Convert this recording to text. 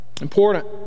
Important